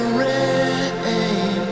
rain